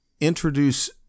introduce